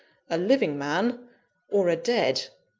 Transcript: a living man or a dead?